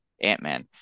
Ant-Man